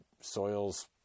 Soil's